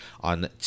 on